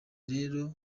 rero